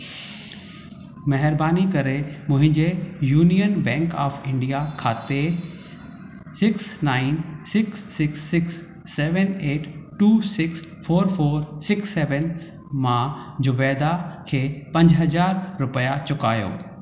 महिरबानी करे मुंहिंजे यूनियन बैंक ऑफ़ इंडिया खाते six nine six six six seven eight two six four four six seven मां ज़ुबैदा खे पंज हज़ार रुपिया चुकायो